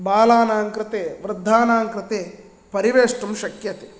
बालानां कृते वृद्धानां कृते परिवेष्टुं शक्यते